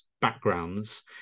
backgrounds